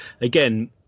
again